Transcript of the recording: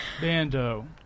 bando